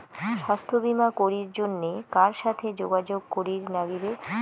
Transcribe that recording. স্বাস্থ্য বিমা করির জন্যে কার সাথে যোগাযোগ করির নাগিবে?